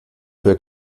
für